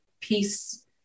peace